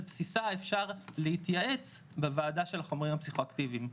בסיסה אפשר להתייעץ בוועדה של החומרים הפסיכואקטיביים,